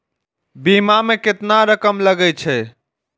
बीमा में केतना रकम लगे छै?